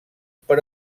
per